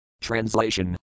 Translation